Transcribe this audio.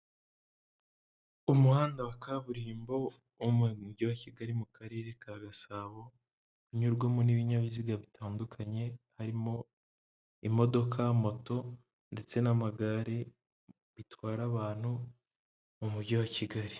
Umuhanda wa kaburimbo uma umujyi wa Kigali mu karere ka Gasabo unyurwamo n'ibinyabiziga bitandukanye harimo imodoka, moto ndetse n'amagare bitwara abantu mu mujyi wa Kigali.